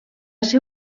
ser